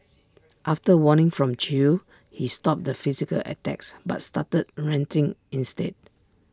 after A warning from chew he stopped the physical attacks but started ranting instead